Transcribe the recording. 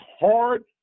hard